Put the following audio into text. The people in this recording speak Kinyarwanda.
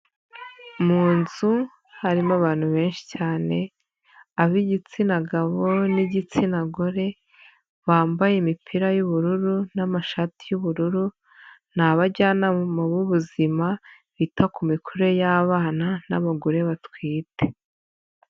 Mu nzu harimo abantu benshi cyane, ab'igitsina gabo n'igitsina gore, bambaye imipira y'ubururu n'amashati y'ubururu, ni abajyanama b'ubuzima, bita ku mikurire y'abana n'abagore batwite.